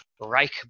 Reich